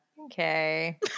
okay